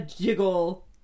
jiggle